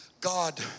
God